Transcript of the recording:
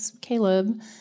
Caleb